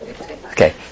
Okay